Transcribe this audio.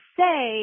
say